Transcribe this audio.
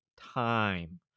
time